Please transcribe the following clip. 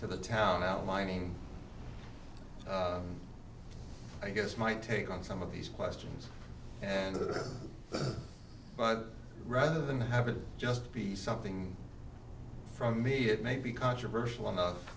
to the town outlining i guess my take on some of these questions and but rather than have it just be something from me it may be controversial enough